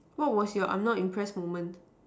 what was your I'm not impressed moment